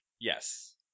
yes